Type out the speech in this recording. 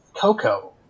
Coco